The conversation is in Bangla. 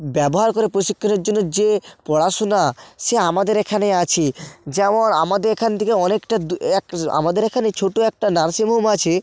ব্যবহার করে প্রশিক্ষণের জন্য যে পড়াশোনা সে আমাদের এখানে আছে যেমন আমাদের এখান থেকে অনেকটা দূরে এক আমাদের এখানে ছোটো একটা নার্সিংহোম আছে